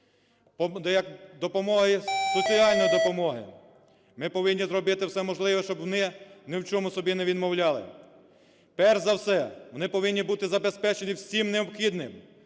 соціальної допомоги. Ми повинні зробити все можливе, щоб вони ні в чому собі не відмовляли. Перш за все, вони повинні бути забезпечені всім необхідним